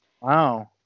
Wow